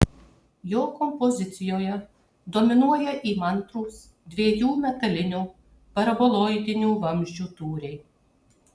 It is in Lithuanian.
jo kompozicijoje dominuoja įmantrūs dviejų metalinių paraboloidinių vamzdžių tūriai